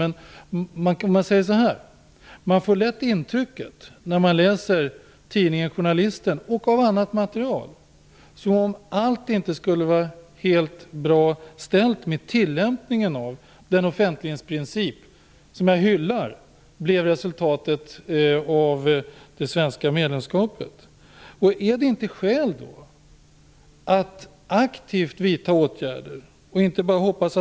Jag skulle kunna säga så här: Man får lätt intrycket när man läser tidningen Journalisten och av annat material att allt inte skulle vara helt bra ställt efter det svenska medlemskapet med tillämpningen av den offentlighetsprincip som jag hyllar.